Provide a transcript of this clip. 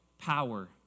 power